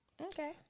okay